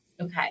Okay